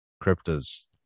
Crypto's